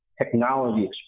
technology